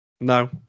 No